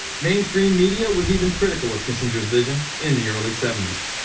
mainstream media was even critical of kissinger's vision in the early seventies.